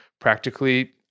practically